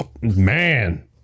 man